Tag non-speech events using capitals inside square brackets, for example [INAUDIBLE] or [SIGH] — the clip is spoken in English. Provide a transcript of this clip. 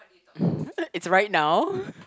[LAUGHS] it's right now